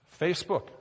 Facebook